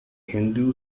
hindu